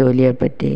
ജോലിയെ പറ്റി